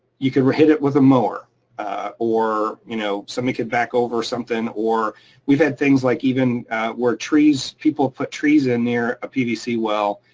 you could re hit it with a mower or you know something could back over or something. or we've had things like even where trees, people put trees in there, a pvc well,